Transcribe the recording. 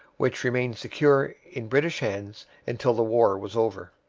which remained secure in british hands until the war was over.